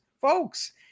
folks